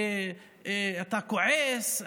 אתה כועס,